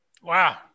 Wow